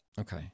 Okay